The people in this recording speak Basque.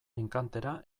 enkantera